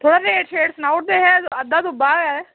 थोह्ड़ा रेट छेट सनाउड़दे हे अद्धा दुब्बा ऐ